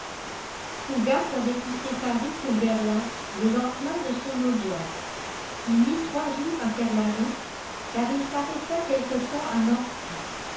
fougas avait quitté paris pour berlin le lendemain de son audience il mit trois jours à faire la route car il s'arrêta quelque temps à nancy